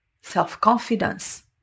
self-confidence